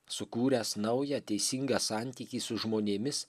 sukūręs naują teisingą santykį su žmonėmis